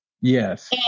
Yes